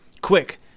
Quick